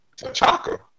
T'Chaka